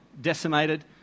decimated